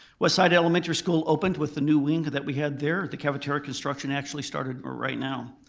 westside elementary school opened with the new wing that we had there. the cafeteria construction actually started ah right now.